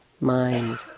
mind